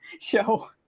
Show